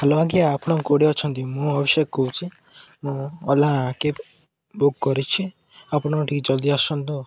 hello ଆଜ୍ଞା ଆପଣ କେଉଁଠି ଅଛନ୍ତି ମୁଁ ଅଭିିଷେକ କହୁଛି ମୁଁ ଓଲା କ୍ୟାବ୍ ବୁକ୍ କରିଛି ଆପଣ ଟିକେ ଜଲ୍ଦି ଆସନ୍ତୁ